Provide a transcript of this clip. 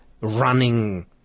running